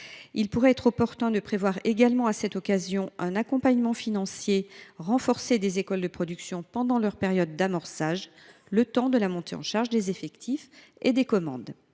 Il pourrait être opportun également de prévoir à cette occasion un accompagnement financier renforcé des écoles de production pendant leur période d’amorçage, le temps de la montée en charge des effectifs et des commandes.